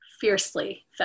fiercely